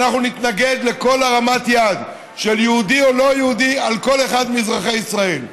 אנחנו נתנגד לכל הרמת יד של יהודי או לא יהודי על כל אחד מאזרחי ישראל.